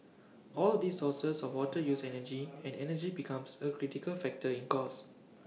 all these sources of water use energy and energy becomes A critical factor in cost